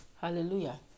hallelujah